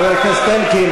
חבר הכנסת אלקין,